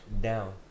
down